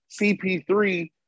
CP3